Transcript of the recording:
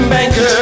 Banker